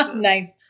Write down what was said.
Nice